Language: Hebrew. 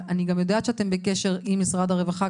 אבל אני גם יודעת שאתם בקשר עם משרד הרווחה,